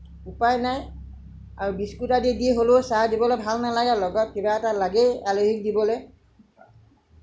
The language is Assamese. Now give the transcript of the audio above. উপায় নাই আৰু বিস্কুতেদি হ'লেও চাহ দিবলে ভাল নালাগে লগত কিবা এটা লাগেই আলহিক দিবলে